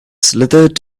slithered